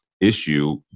issue